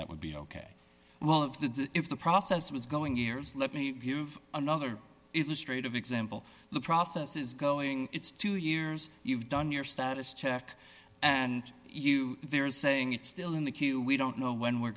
that would be ok well of the if the process was going yours let me give another illustrate of example the process is going it's two years you've done your status check and you there is saying it's still in the queue we don't know when we're